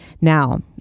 Now